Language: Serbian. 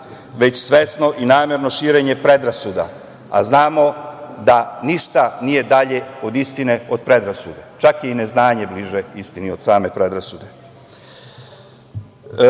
već svesno i namerno širenje predrasuda, a znamo da ništa nije dalje od istine od predrasude, čak je i neznanje bliže istini od same predrasude. Zato,